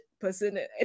person